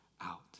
out